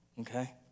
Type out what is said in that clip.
okay